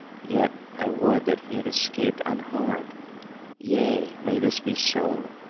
yet i would that he had escaped unharmed yea, may this be so,